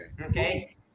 Okay